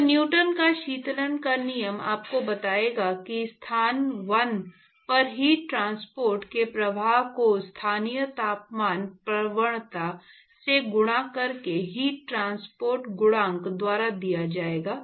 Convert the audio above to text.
तो न्यूटन का शीतलन का नियम आपको बताएगा कि स्थान 1 पर हीट ट्रांसपोर्ट के प्रवाह को स्थानीय तापमान प्रवणता से गुणा करके हीट ट्रांसपोर्ट गुणांक द्वारा दिया जाएगा